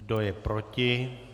Kdo je proti?